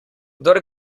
kdor